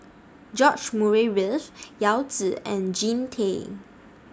George Murray Reith Yao Zi and Jean Tay